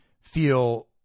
feel